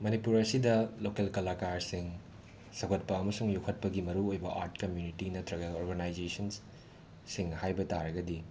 ꯃꯅꯤꯄꯨꯔ ꯑꯁꯤꯗ ꯂꯣꯀꯦꯜ ꯀꯂꯥꯀꯥꯔꯁꯤꯡ ꯁꯧꯒꯠꯄ ꯑꯃꯁꯨꯡ ꯌꯣꯛꯈꯠꯒꯤ ꯃꯔꯨꯑꯣꯏꯕ ꯑꯥꯔꯠ ꯀꯝꯃ꯭ꯌꯨꯅꯤꯇꯤ ꯅꯠꯇ꯭ꯔꯒ ꯑꯣꯔꯒꯅꯥꯏꯖꯦꯁꯟ ꯁꯤꯡ ꯍꯥꯏꯕ ꯇꯥꯔꯒꯗꯤ